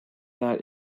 that